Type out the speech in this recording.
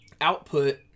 output